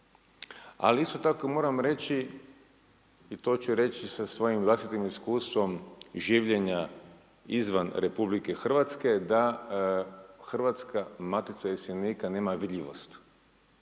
Ali isto tako moram reći i to ću reći sa svojim vlastitim iskustvom življenja izvan Republike Hrvatske da Hrvatska matica iseljenika nema vidljivost.